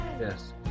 Yes